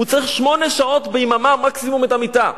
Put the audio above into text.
הוא צריך שמונה שעות ביממה מקסימום את המיטה.